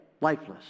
lifeless